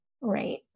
Right